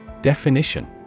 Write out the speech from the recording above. Definition